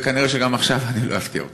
וכנראה שגם עכשיו אני לא אפתיע אותך,